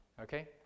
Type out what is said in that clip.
okay